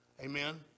Amen